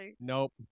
Nope